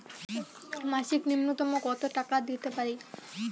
মাসিক নূন্যতম কত টাকা দিতে পারি?